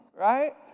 right